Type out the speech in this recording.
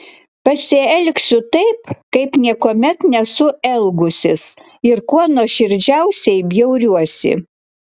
pasielgsiu taip kaip niekuomet nesu elgusis ir kuo nuoširdžiausiai bjauriuosi